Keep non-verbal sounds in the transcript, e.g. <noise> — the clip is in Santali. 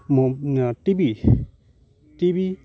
<unintelligible> TV TV